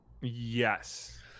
yes